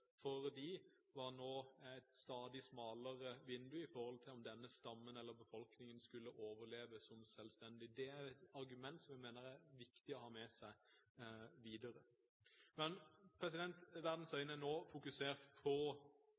skulle overleve som selvstendig stamme. Det er jo et argument som jeg mener det er viktig å ha med seg videre. Verdens øyne er nå fokusert på